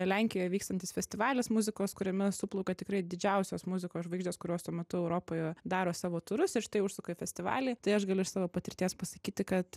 lenkijoje vykstantis festivalis muzikos kuriame suplaukia tikrai didžiausios muzikos žvaigždės kurios tuo metu europoje daro savo turus ir štai užsuka į festivalį tai aš galiu iš savo patirties pasakyti kad